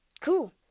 cool